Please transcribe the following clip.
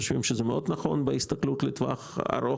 אנחנו חושבים שזה מאוד נכון בהסתכלות לטווח ארוך.